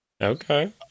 Okay